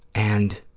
and